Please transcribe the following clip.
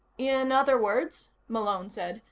in other words, malone said,